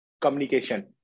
communication